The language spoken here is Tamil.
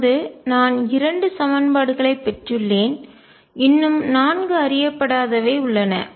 அதாவது நான் இரண்டு சமன்பாடுகளைப் பெற்றுள்ளேன் இன்னும் நான்கு அறியப்படாதவை உள்ளன